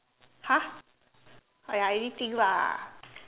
!huh! !aiya! anything lah